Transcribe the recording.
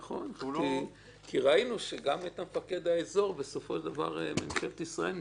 כי ראינו שגם מפקד האזור בסופו של דבר ממשלת ישראל מינתה.